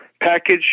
package